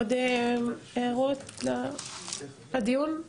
עוד הערות לדיון?